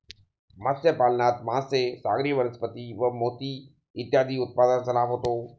मत्स्यपालनात मासे, सागरी वनस्पती व मोती इत्यादी उत्पादनांचा लाभ होतो